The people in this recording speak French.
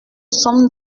sommes